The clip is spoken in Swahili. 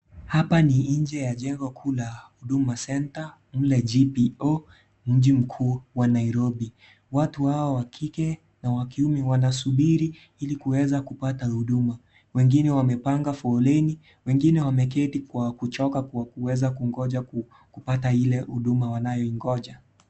Hapa ni nje ya jengo kuu la Huduma Center mle GPO mji mkuu wa Nairobi. Watu hawa wa kike na wa kiume wanasubiri ili kuweza kupata huduma. Wengine wamepanga foleni, wengine wameketi kwa kuchoka kuweza kungoja kupata huduma ile wanayoingoja.